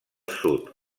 sud